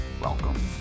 Welcome